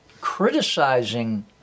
criticizing